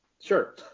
Sure